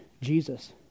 Jesus